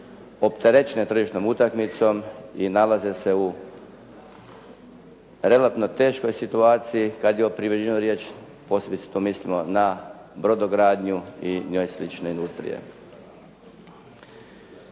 opterećene tržišnom utakmicom i nalaze se u relativno teškoj situaciji kad je o privređivanju riječ, posebice tu mislimo na brodogradnju i njoj slične industrije.